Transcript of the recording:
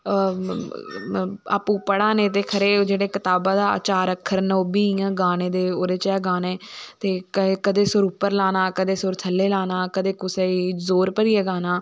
आपू पढ़ा ने ते खरे जेह्ड़े कताबा दे चार अक्खर न ओह्बी इयां गाने दे ओह्दे च गाने ते कदे सुर उप्पर लाना कदें थल्ले लाना कदें कुसेई जोर भरिये गाना